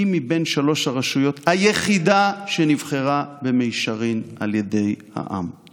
מבין שלוש הרשויות היא היחידה שנבחרה במישרין על ידי העם.